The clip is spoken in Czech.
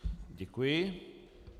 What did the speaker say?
Děkuji.